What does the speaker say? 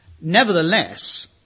nevertheless